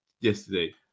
yesterday